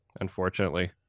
unfortunately